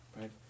right